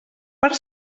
per